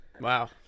Wow